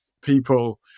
people